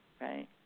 Right